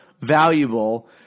valuable